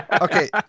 Okay